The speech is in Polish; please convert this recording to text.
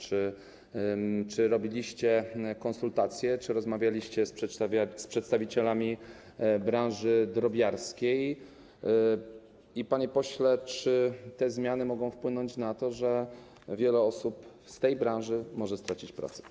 Czy prowadziliście konsultacje, czy rozmawialiście z przedstawicielami branży drobiarskiej i, panie pośle, czy te zmiany mogą wpłynąć na to, że wiele osób z tej branży może stracić pracę?